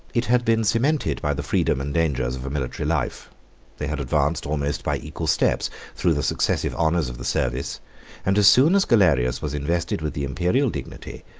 it had been cemented by the freedom and dangers of a military life they had advanced almost by equal steps through the successive honors of the service and as soon as galerius was invested with the imperial dignity,